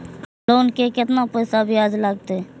Loan के केतना पैसा ब्याज लागते?